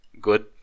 good